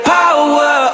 power